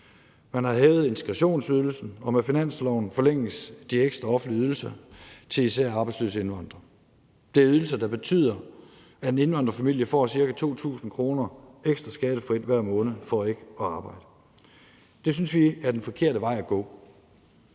Man har hævet integrationsydelsen, og med finansloven forlænges de ekstra offentlige ydelser til især arbejdsløse indvandrere. Det er ydelser, der betyder, at en indvandrerfamilie får ca. 2.000 kr. ekstra skattefrit hver måned for ikke at arbejde. Det synes vi er den forkerte vej at gå.